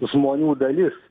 žmonių dalis